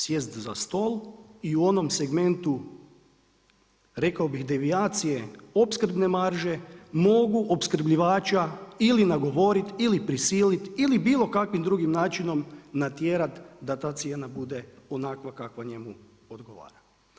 Sjesti za stol i u onom segmentu rekao bih devijacije opskrbne mreže mogu opskrbljivača ili nagovoriti ili prisiliti ili bilo kakvim drugim načinom natjerati da ta cijena bude onakva kakva njemu odgovara.